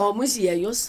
o muziejus